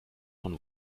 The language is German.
von